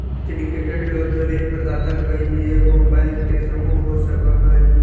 syndicated loan में ऋण प्रदाता कइएगो बैंक के समूह हो सकऽ हई